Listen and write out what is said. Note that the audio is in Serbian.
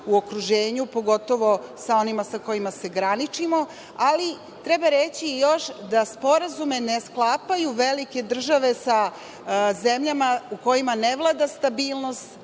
u okruženju, pogotovo sa onima sa kojima se graničimo, ali treba reći i još da sporazume ne sklapaju velike države sa zemljama u kojima ne vlada stabilnost,